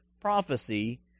prophecy